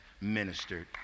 ministered